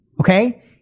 Okay